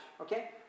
Okay